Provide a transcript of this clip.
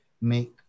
make